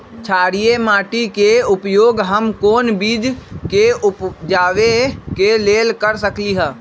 क्षारिये माटी के उपयोग हम कोन बीज के उपजाबे के लेल कर सकली ह?